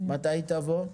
מתי היא תעבור?